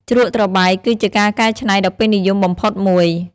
ជ្រក់ត្របែក គឺជាការកែច្នៃដ៏ពេញនិយមបំផុតមួយ។